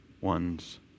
one's